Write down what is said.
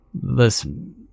Listen